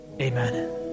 Amen